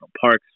parks